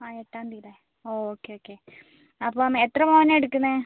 ആ എട്ടാം തിയതി അല്ലേ ഓക്കെ ഓക്കെ അപ്പം എത്ര പവനാണ് എടുക്കുന്നത്